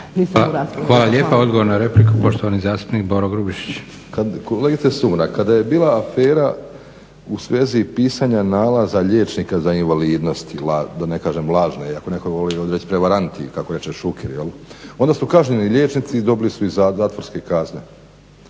Hvala lijepa. Odgovor na repliku poštovani zastupnik Boro Grubišić. **Grubišić, Boro (HDSSB)** Kolegice Sumrak, kada je bila afera u svezi pisanja nalaza liječnika za invalidnosti da ne kažem lažne, iako netko voli reći prevaranti kako reče Šuker, odnosno kažnjeni liječnici dobili su i zatvorske kazne.